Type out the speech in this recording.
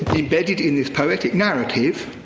but embedded in this poetic narrative,